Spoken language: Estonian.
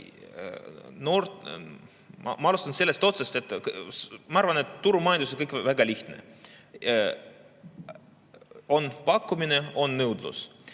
poolt. Ma alustan sellest otsast, et ma arvan, et turumajanduses on kõik väga lihtne: on pakkumine, on nõudlus.